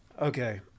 Okay